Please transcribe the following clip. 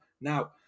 Now